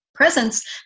presence